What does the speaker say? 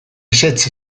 ezetz